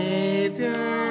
Savior